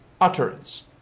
utterance